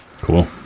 Cool